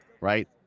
right